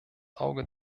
auge